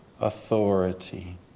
authority